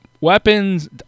weapons